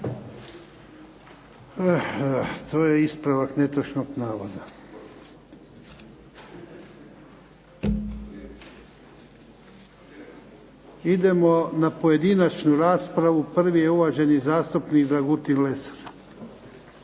To je ispravak netočnog navoda. Idemo na pojedinačnu raspravu. Prvi je uvaženi zastupnik Dragutin Lesar.